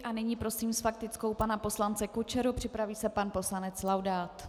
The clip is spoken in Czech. A nyní prosím s faktickou pana poslance Kučeru, připraví se pan poslanec Laudát.